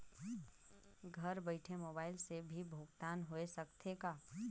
घर बइठे मोबाईल से भी भुगतान होय सकथे का?